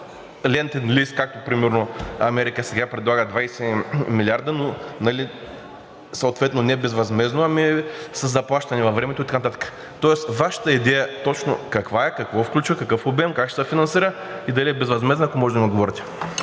лентен лист, както примерно Америка сега предлага 20 милиарда, но съответно не безвъзмездно, ами със заплащане във времето и така нататък. Тоест Вашата идея точно каква е – какво включва? В какъв обем? Как ще се финансира и дали е безвъзмездна, ако може да ми отговорите?